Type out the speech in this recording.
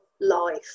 life